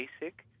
basic